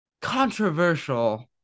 controversial